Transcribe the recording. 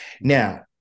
Now